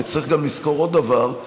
וצריך לזכור עוד דבר,